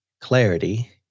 Clarity